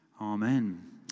Amen